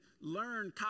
learn